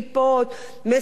מסורתיים,